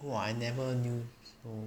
!wah! I never knew so